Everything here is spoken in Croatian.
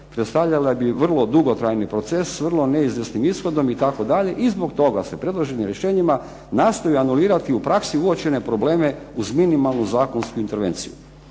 predstavlja bi vrlo dugotrajni proces, vrlo neizvjesnim ishodom itd., i zbog toga se predloženim rješenjima nastoji anulirati u praksi uočene probleme uz minimalnu zakonsku intervenciju.